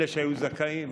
אלה שהיו זכאים.